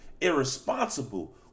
irresponsible